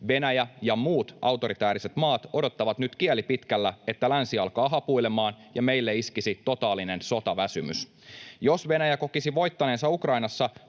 Venäjä ja muut autoritääriset maat odottavat nyt kieli pitkällä, että länsi alkaa hapuilemaan ja meille iskisi totaalinen sotaväsymys. Jos Venäjä kokisi voittaneensa Ukrainassa,